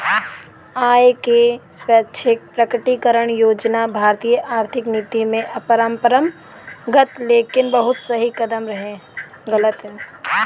आय क स्वैच्छिक प्रकटीकरण योजना भारतीय आर्थिक नीति में अपरंपरागत लेकिन बहुत सही कदम रहे